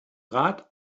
rat